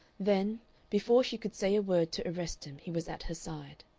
then before she could say a word to arrest him he was at her side.